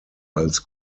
als